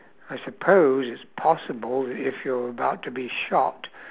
I suppose it's possible if you're about to be shot